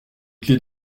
clefs